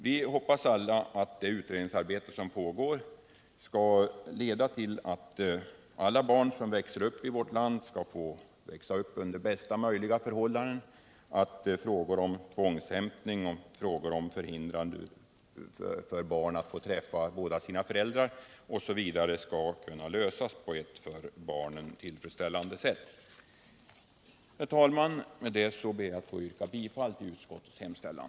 Vi hoppas alla att det utredningsarbete som pågår skall leda till att alla barn skall få växa upp under bästa möjliga förhållanden och att de problem som uppstår genom tvångshämtning och genom att barn förhindras att träffa båda sina föräldrar skall kunna lösas på ett för barnen tillfredsställande sätt. Herr talman! Med detta ber jag att få yrka bifall till utskottets hemställan.